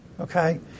okay